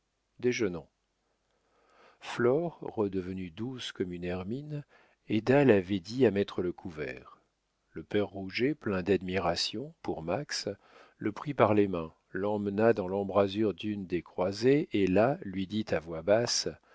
déjeunons flore redevenue douce comme une hermine aida la védie à mettre le couvert le père rouget plein d'admiration pour max le prit par les mains l'emmena dans l'embrasure d'une des croisées et là lui dit à voix basse